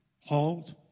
halt